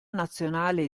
nazionale